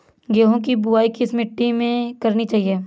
गेहूँ की बुवाई किस मिट्टी में करनी चाहिए?